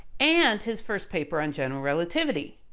and his first paper on general relativity.